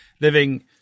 Living